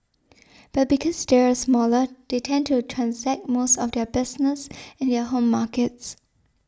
but because they are smaller they tend to transact most of their business in their home markets